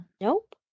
Nope